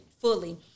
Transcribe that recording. fully